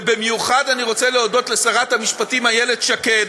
ובמיוחד אני רוצה להודות לשרת המשפטים איילת שקד,